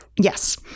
Yes